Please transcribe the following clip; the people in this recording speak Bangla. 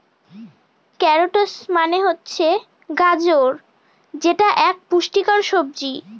ক্যারোটস মানে হচ্ছে গাজর যেটা এক পুষ্টিকর সবজি